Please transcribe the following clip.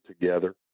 together